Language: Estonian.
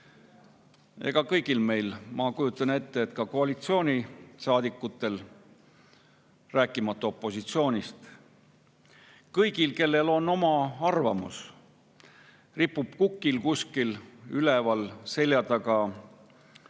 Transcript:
Ega kõigil meil – ma kujutan ette, et ka koalitsioonisaadikutel, rääkimata opositsioonist –, kõigil, kellel on oma arvamus, ripub kukil, kuskil üleval, seljataga